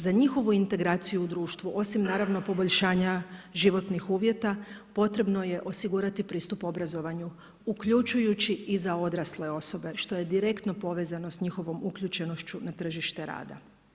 Za njihovo integraciju u društvo, osim naravno poboljšanja životnih uvjeta, potrebno je osigurati pristup obrazovanju uključujući i za odrasle osobe što je direktno povezano za njihovom uključenošću na tržište rada.